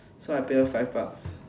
so I pay her five bucks